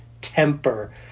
temper